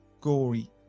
Gory